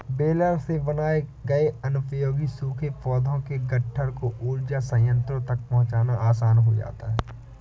baler से बनाए गए अनुपयोगी सूखे पौधों के गट्ठर को ऊर्जा संयन्त्रों तक पहुँचाना आसान हो जाता है